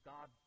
God